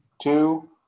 two